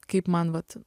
kaip man vat